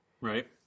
Right